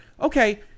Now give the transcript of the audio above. okay